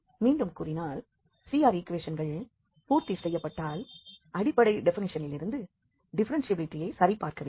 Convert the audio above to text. மீண்டும் கூறினால் CR ஈக்குவேஷன்கள் பூர்த்தி செய்யப்பட்டால் அடிப்படை டெபினிஷனிலிருந்து டிஃப்ஃபெரென்ஷியபிலிட்டியை சரிபார்க்க வேண்டும்